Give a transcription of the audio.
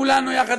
כולנו יחד,